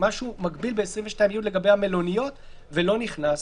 משהו מקביל ב-22י לגבי המלוניות ולא נכנס.